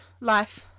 Life